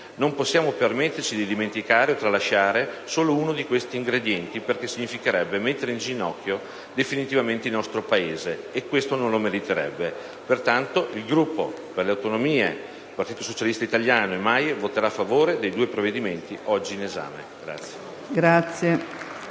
non possiamo permetterci di dimenticare e tralasciare solo uno di questi ingredienti perché significherebbe mettere in ginocchio definitivamente il nostro Paese, che non lo meriterebbe. Pertanto il Gruppo Per le Autonomie (SVP, UV, PATT, UPT)-PSI-MAIE voterà a favore dei due provvedimenti oggi in esame. *(Applausi